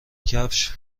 کفش